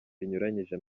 binyuranyije